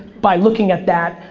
by looking at that,